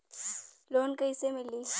Loan कइसे मिलि?